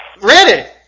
Ready